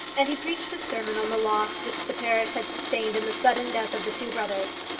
and he preached a sermon on the loss which the parish had sustained in the sudden death of the two brothers.